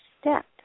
step